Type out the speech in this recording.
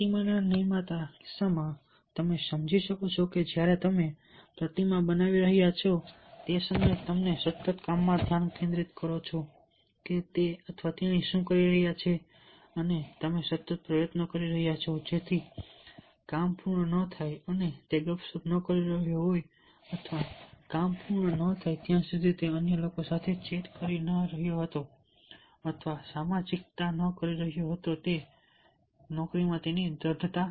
પ્રતિમાના નિર્માતાના કિસ્સામાં તમે સમજી શકો છો કે જ્યારે તમે પ્રતિમા બનાવી રહ્યા છો તે સમયે તમે સતત કામ માં ધ્યાન કેન્દ્રિત કરો છો કે તે અથવા તેણી શું કરી રહ્યા હતા અને તમે સતત પ્રયત્નો કરી રહ્યા છો જેથી કરીને કામ પૂર્ણ થાય અને તે ગપસપ ન કરી રહ્યો હોય અથવા કામ પૂર્ણ ન થાય ત્યાં સુધી તે અન્ય લોકો સાથે ચેટ કરી રહ્યો ન હતો અથવા સામાજિકતા ન કરી રહ્યો હતો તે નોકરીમાં તેની દ્રઢતા